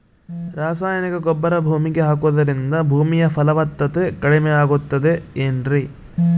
ರಾಸಾಯನಿಕ ಗೊಬ್ಬರ ಭೂಮಿಗೆ ಹಾಕುವುದರಿಂದ ಭೂಮಿಯ ಫಲವತ್ತತೆ ಕಡಿಮೆಯಾಗುತ್ತದೆ ಏನ್ರಿ?